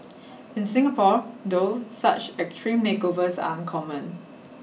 in Singapore though such extreme makeovers are uncommon